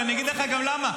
ואני אגיד לך גם למה,